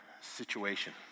situation